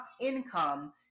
income